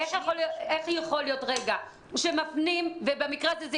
איך יכול להיות שמפנים ובמקרה הזה זו